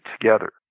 together